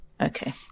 Okay